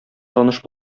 таныш